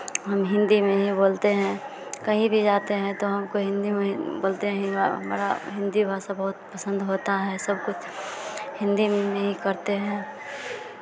हम हिन्दी में ही बोलते हैं कहीं भी जाते हैं तो हमको हिन्दी में ही बोलते हैं हमें बड़ा हिन्दी भाषा बहुत पसंद होता है सब कुछ हिन्दी में ही करते हैं